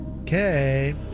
Okay